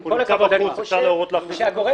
הוא נמצא בחוץ, אפשר להורות להכניס אותו?